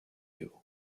you